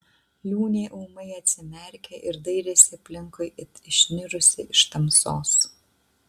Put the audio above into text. liūnė ūmai atsimerkė ir dairėsi aplinkui it išnirusi iš tamsos